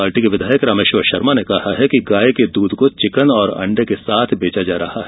party के विधायक रामेश्वर शर्मा ने कहा कि गाय के दूध को चिकन और अंडे के साथ बेचा जा रहा है